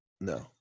No